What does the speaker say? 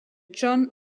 john